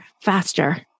faster